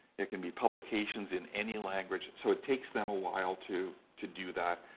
it can be publications in any language, so it takes them a while to to do that,